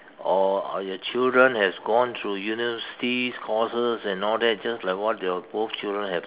or your children has gone through university courses and all that just like what they will both children have